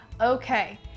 Okay